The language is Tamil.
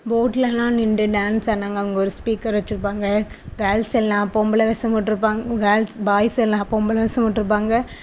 போட்டிலலாம் நின்று டான்ஸ் ஆடுனாங்க அவங்க ஒரு ஸ்பீக்கர் வச்சிருப்பாங்க கேர்ள்ஸ் எல்லாம் பொம்பளை வேஷம் போட்டிருப்பாங் கேர்ள்ஸ் பாய்ஸ் எல்லாம் பொம்பளை வேஷம் போட்டிருப்பாங்க